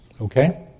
okay